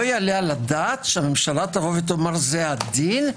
לא ייתכן שהממשלה תאמר: זה הדין,